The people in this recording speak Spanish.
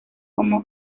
como